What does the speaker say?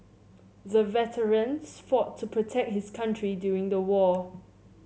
the veterans fought to protect his country during the war